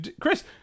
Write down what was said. chris